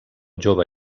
jove